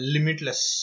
Limitless